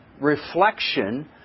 reflection